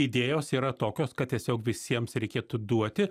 idėjos yra tokios kad tiesiog visiems reikėtų duoti